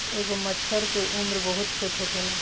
एगो मछर के उम्र बहुत छोट होखेला